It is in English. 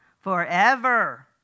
forever